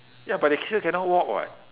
ya but they still cannot walk what